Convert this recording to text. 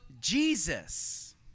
Jesus